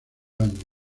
año